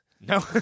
No